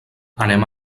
anem